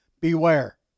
Beware